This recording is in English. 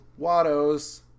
Watto's